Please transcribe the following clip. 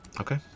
Okay